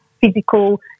physical